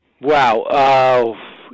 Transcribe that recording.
Wow